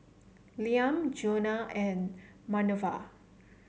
Liam Jonna and Manerva